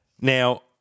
Now